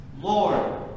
Lord